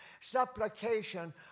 supplication